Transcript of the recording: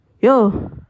yo